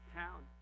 town